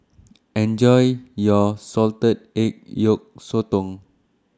Enjoy your Salted Egg Yolk Sotong